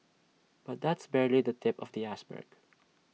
but that's barely the tip of the iceberg